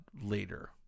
later